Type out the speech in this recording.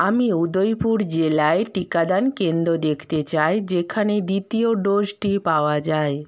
আমি উদয়পুর জেলায় টিকাদান কেন্দ্র দেখতে চাই যেখানে দ্বিতীয় ডোজটি পাওয়া যায়